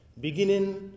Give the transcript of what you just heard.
beginning